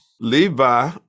Levi